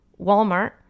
Walmart